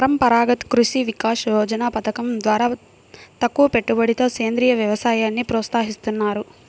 పరంపరాగత కృషి వికాస యోజన పథకం ద్వారా తక్కువపెట్టుబడితో సేంద్రీయ వ్యవసాయాన్ని ప్రోత్సహిస్తున్నారు